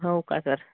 हो का सर